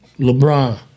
LeBron